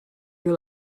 your